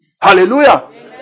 Hallelujah